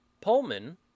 Pullman